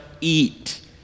eat